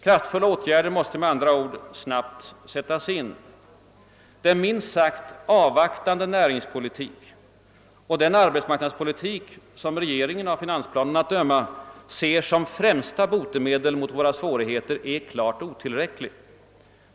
Kraftfulla åtgärder måste med andra ord snabbt sättas in. Den minst sagt avvaktande näringspolitik och den arbetsmarknadspolitik som regeringen — av finansplanen att döma — ser som främsta botemedel mot våra svårigheter är klart otillräcklig.